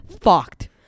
fucked